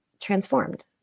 transformed